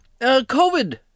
COVID